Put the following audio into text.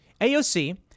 AOC